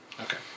Okay